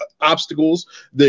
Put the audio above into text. obstacles